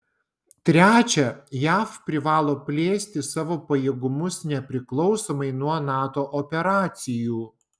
trečia jav privalo plėsti savo pajėgumus nepriklausomai nuo nato operacijų